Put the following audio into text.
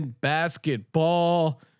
basketball